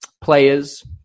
players